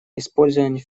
использование